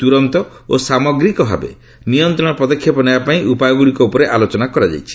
ତୁରନ୍ତ ଓ ସାମଗ୍ରୀକ ଭାବେ ନିୟନ୍ତ୍ରଣ ପଦକ୍ଷେପ ନେବା ପାଇଁ ଉପାୟ ଗୁଡ଼ିକ ଉପରେ ଆଲୋଚନା କରାଯାଇଛି